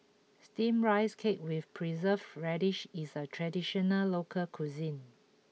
Steamed Rice Cake with Preserved Radish is a traditional local cuisine